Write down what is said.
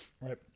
Right